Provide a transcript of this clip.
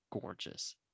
gorgeous